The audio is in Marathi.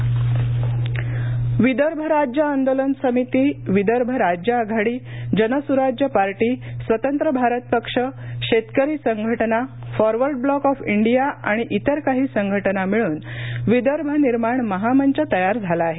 Vidarbha Vidarbha Rajya Andolan Samiti Vidarbha Rajya Aghadi Jansurajya party Swatantra Bharat Paksha Shetkari Sanghatana forward bloc of India आणि इतर काही संघटना मिळून विदर्भ निर्माण महामंच तयार झाला आहे